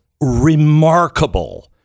remarkable